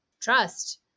trust